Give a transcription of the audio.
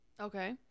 Okay